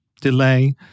Delay